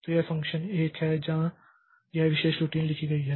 तो यह फ़ंक्शन 1 है जहां यह विशेष रूटीन लिखी गई है